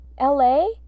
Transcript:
LA